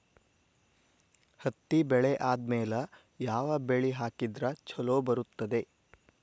ಹತ್ತಿ ಬೆಳೆ ಆದ್ಮೇಲ ಯಾವ ಬೆಳಿ ಹಾಕಿದ್ರ ಛಲೋ ಬರುತ್ತದೆ?